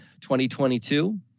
2022